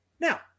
Now